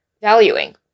valuing